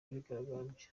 abigaragambya